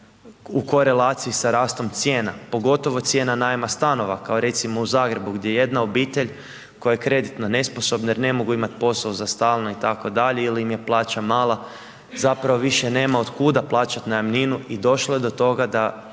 u korelaciji sa rastom cijena, pogotovo cijena najma stanova, kao recimo u Zagrebu gdje jedna obitelj koja je kreditno nesposobna jer ne mogu imat posao za stalno itd. ili im je plaća mala, zapravo više nema otkuda plaćat najamninu i došlo je do toga da